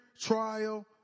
trial